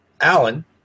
Alan